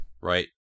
Right